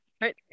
right